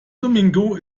domingo